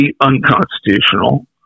unconstitutional